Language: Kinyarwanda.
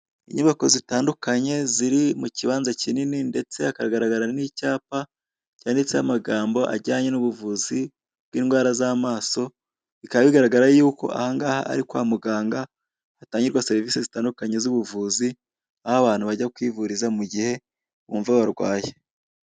Kwa muganga, ahatangirwa serivisi z'ubuvuzi. Hari inzira ndende ikikijwe n'inkingi z'ibyuma kandi iyo nzira irasakaye. Hari n'icyapa cy'ubururu kigaragaza aho bavurira amaso.